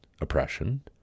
oppression